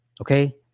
Okay